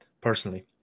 personally